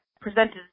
presented